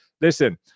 Listen